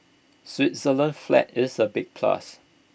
Switzerland's flag is A big plus